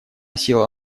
села